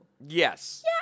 Yes